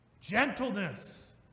gentleness